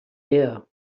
ear